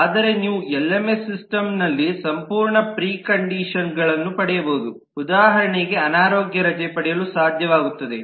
ಆದರೆ ನೀವು ಎಲ್ಎಂಎಸ್ ಸಿಸ್ಟಮಲ್ಲಿ ಸಂಪೂರ್ಣ ಪ್ರಿ ಕಂಡೀಶನ್ಗಳನ್ನು ಪಡೆಯಬಹುದು ಉದಾಹರಣೆಗೆ ಅನಾರೋಗ್ಯ ರಜೆ ಪಡೆಯಲು ಸಾಧ್ಯವಾಗುತ್ತದೆ